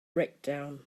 breakdown